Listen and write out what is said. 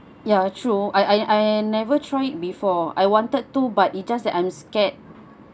ya true I I never try it before I wanted to but it's just that I'm scared